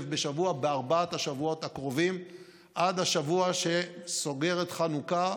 בשבוע בארבעת השבועות הקרובים עד השבוע שסוגר את חנוכה,